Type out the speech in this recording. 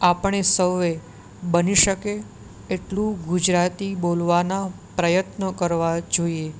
આપણે સૌએ બની શકે એટલું ગુજરાતી બોલવાના પ્રયત્નો કરવા જોઈએ